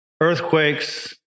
earthquakes